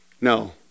No